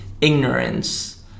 ignorance